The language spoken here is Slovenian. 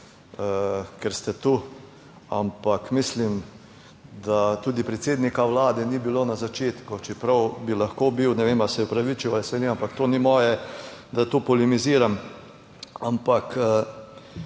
ker ste tu, ampak mislim, da tudi predsednika Vlade ni bilo na začetku, čeprav bi lahko bil, ne vem, ali se je opravičil ali se ni, ampak to ni moje, da tu polemiziram, ampak